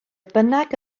bynnag